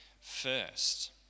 first